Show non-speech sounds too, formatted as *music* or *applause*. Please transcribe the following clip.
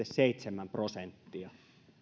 *unintelligible* seitsemän prosenttia